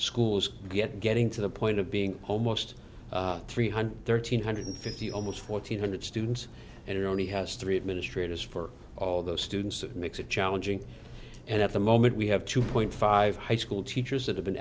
schools get getting to the point of being almost three hundred thirteen hundred fifty almost fourteen hundred students and it only has three administrators for all those students it makes it challenging and at the moment we have two point five high school teachers that have been